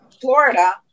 Florida